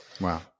wow